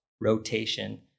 rotation